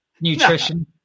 nutrition